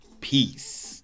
peace